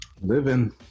Living